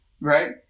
right